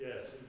Yes